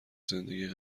زندگی